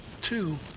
two